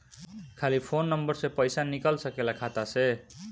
खाली phone number से पईसा निकल सकेला खाता से?